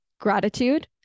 gratitude